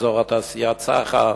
אזור התעשייה צח"ר,